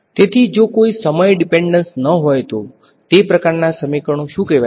તેથી જો કોઈ સમય ડીપેંડન્સ ન હોય તો તે પ્રકારના સમીકરણો શું કહેવાય છે